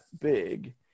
big